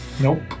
Nope